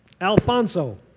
Alfonso